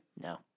No